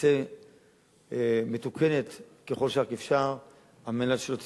תצא מתוקנת ככל שרק אפשר על מנת שלא תצא,